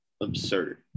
absurd